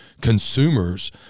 consumers